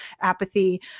apathy